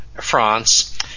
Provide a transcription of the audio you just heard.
France